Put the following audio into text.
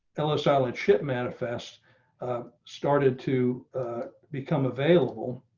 ellis island ship manifest started to become available.